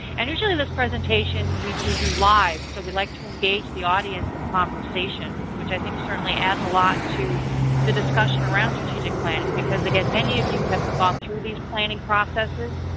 and usually this presentation we we do live, so we like to engage the audience in conversation, which i think certainly adds a lot to the discussion around strategic planning. because again, many of you have gone through these planning processes.